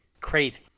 crazy